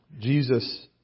Jesus